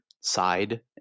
side